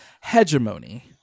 hegemony